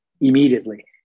immediately